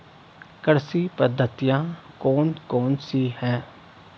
कृषि पद्धतियाँ कौन कौन सी हैं?